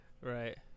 right